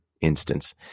instance